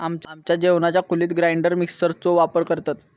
आमच्या जेवणाच्या खोलीत ग्राइंडर मिक्सर चो वापर करतत